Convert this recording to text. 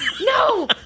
no